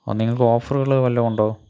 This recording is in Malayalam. ഓ നിങ്ങൾക്ക് ഓഫറുകൾ വല്ലതും ഉണ്ടോ